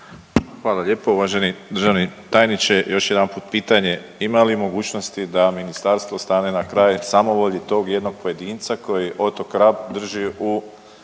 Hvala lijepo. Uvaženi državni tajniče, još jedanput pitanje ima li mogućnosti da ministarstvo stane na kraj samovolji tog jednog pojedinca koji otok Rab drži u